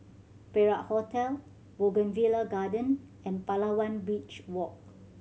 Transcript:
Perak Hotel Bougainvillea Garden and Palawan Beach Walk